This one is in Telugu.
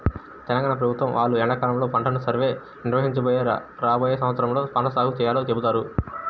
తెలంగాణ ప్రభుత్వం వాళ్ళు ఎండాకాలంలోనే పంట సర్వేని నిర్వహించి రాబోయే సంవత్సరంలో ఏ పంట సాగు చేయాలో చెబుతారు